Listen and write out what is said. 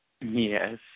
Yes